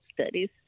Studies